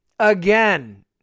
Again